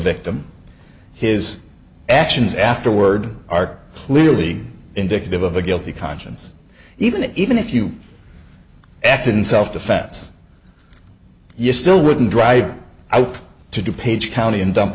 victim his actions afterword are clearly indicative of a guilty conscience even it even if you act in self defense you still wouldn't drive out to do page county and dump